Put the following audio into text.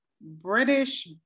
British